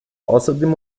außerdem